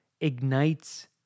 ignites